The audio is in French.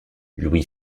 louis